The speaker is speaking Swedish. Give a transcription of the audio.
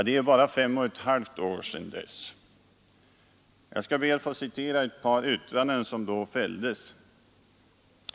Det är bara fem och ett halvt år sedan dess. Jag skall be att få citera ett par yttranden som då fälldes.